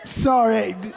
Sorry